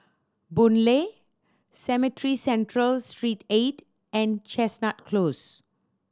Boon Lay Cemetry Central Street Eight and Chestnut Close